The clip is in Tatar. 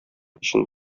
өчен